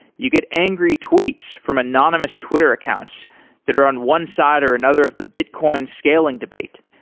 you get angry tweets from anonymous twitter accounts that are on one side or another of the bitcoin scaling debate,